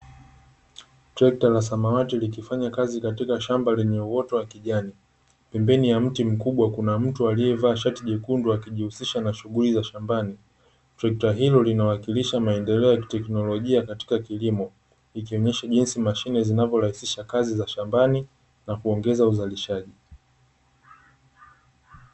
Trekta la samawati likifanya kazi katika shamba lenye uoto wa kijani. Pembeni ya mti mkubwa, kuna mtu aliyevaa shati jekundu akijihusisha na shughuli za shambani. Trekta hilo linawakilisha maendeleo ya kiteknolojia katika kilimo, ikionyesha jinsi mashine zinavyorahisisha kazi ya shambani na kuongeza uzalishaji.